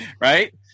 Right